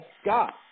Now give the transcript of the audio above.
Scott